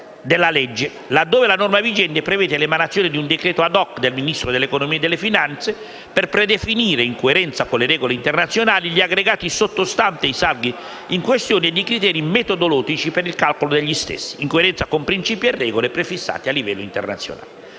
della legge, laddove la norma vigente prevede l'emanazione di un decreto *ad hoc* del Ministero dell'economia e delle finanze per predefinire, in coerenza con le regole internazionali, gli aggregati sottostanti i saldi in questione e i criteri metodologici per il calcolo degli stessi, in coerenza con principi e regole prefissati a livello internazionale.